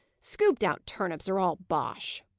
scooped-out turnips are all bosh!